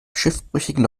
schiffbrüchigen